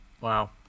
Wow